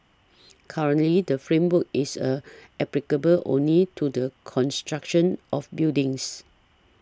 currently the framework is a applicable only to the construction of buildings